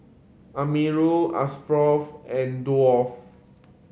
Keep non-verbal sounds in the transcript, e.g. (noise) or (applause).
Amirul Ashraf and (unintelligible)